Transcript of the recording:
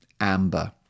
amber